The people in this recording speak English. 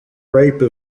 rape